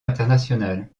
international